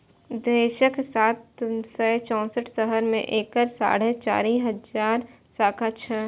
देशक सात सय चौंसठ शहर मे एकर साढ़े चारि हजार शाखा छै